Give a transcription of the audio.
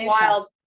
wild